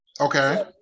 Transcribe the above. Okay